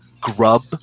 grub